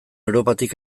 europatik